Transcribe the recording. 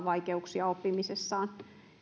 vaikeuksia oppimisessaan